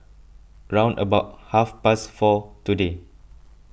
round about half past four today